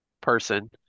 person